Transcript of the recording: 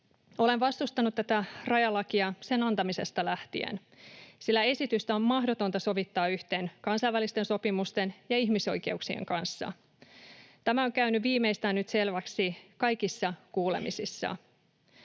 Olen vastustanut tätä rajalakia sen antamisesta lähtien, sillä esitystä on mahdotonta sovittaa yhteen kansainvälisten sopimusten ja ihmisoikeuksien kanssa. Tämä on käynyt viimeistään nyt selväksi kaikissa kuulemisissa.